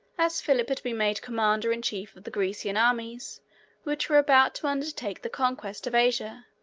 as philip had been made commander-in-chief of the grecian armies which were about to undertake the conquest of asia,